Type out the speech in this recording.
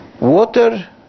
water